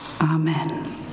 Amen